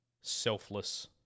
selfless